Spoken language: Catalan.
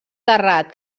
terrat